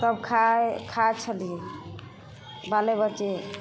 तब खाइ छली बाले बच्चे